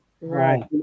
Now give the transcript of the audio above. Right